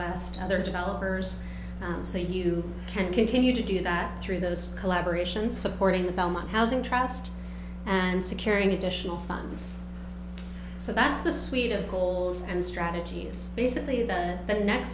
west other developers say you can continue to do that through those collaboration supporting the belmont housing trust and securing additional funds so that's the suite of goals and strategies basically that the next